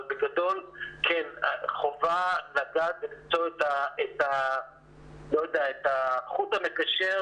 אבל בגדול חובה לדעת למצוא את החוט המקשר